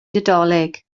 nadolig